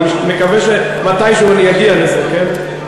אני מקווה שמתישהו אני אגיע לזה, כן?